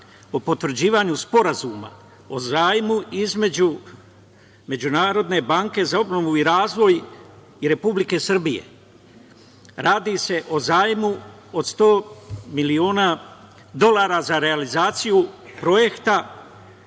o potvrđivanju sporazuma o zajmu između Međunarodne banke za obnovu i razvoj Republike Srbije. Radi se o zajmu od sto miliona dolara za realizaciju Projekta